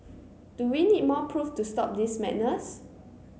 do we need more proof to stop this madness